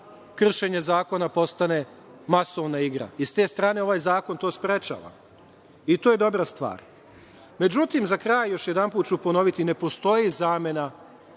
kršenje zakona postane masovna igra i sa te strane, ovaj zakon to sprečava i to je dobra stvar.Međutim, za kraj, još jedanput ću ponoviti, ne postoji zamena